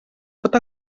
pot